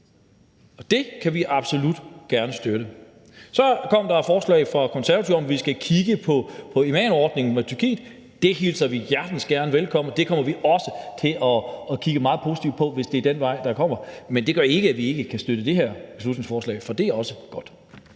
Og det kan vi absolut godt støtte. Så kom der et forslag fra Konservative om, at vi skal kigge på imamordningen med Tyrkiet. Det hilser vi hjertens gerne velkommen, og det kommer vi også til at kigge meget positivt på, hvis det er den vej, det går. Men det gør ikke, at vi ikke kan støtte det her beslutningsforslag, for det er også godt.